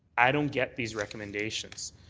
i don't get these recommendations.